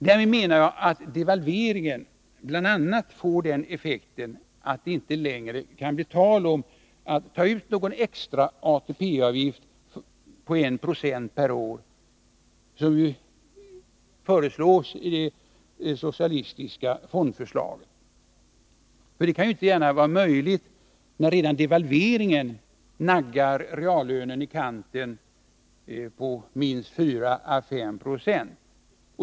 Därmed menar jag att devalveringen bl.a. får den effekten att det inte längre kan bli tal om att ta ut någon extra ATP-avgift på 1 90 per år, som ju det socialistiska fondförslaget innebär. Hur skall detta bli möjligt när redan devalveringen naggar reallönerna i kanten med4aå5 9e.